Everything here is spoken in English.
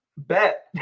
Bet